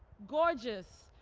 gorgeous,